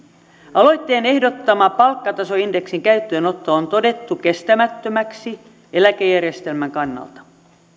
aloitteen ehdottama palkkatasoindeksin käyttöönotto on todettu kestämättömäksi eläkejärjestelmän kannalta